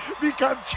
become